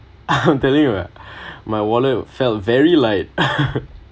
I'm telling you ah my wallet will felt very light